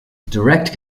direct